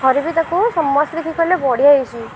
ଘରେ ବି ତାକୁ ସମସ୍ତେ ଦେଖିକି କହିଲେ ବଢ଼ିଆ ହେଇଛି